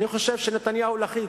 אני חושב שנתניהו לחיץ,